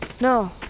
No